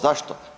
Zašto?